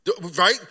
Right